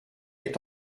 est